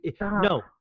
no